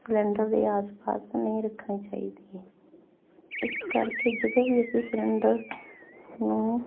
cylinder ਦੇ ਆਸ ਪਾਸ ਨਹੀਂ ਰੱਖਣੀ ਚਾਹੀਦੀ ਇਸ ਕਰਕੇ ਜਦੋਂ ਵੀ ਅਸੀਂ ਸਲੰਡਰ ਨੂੰ